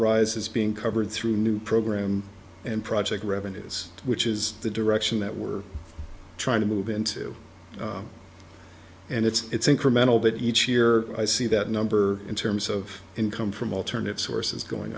rise is being covered through new program and project revenues which is the direction that we're trying to move into and it's incremental that each year i see that number in terms of income from alternative sources going